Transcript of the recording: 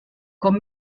com